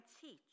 teach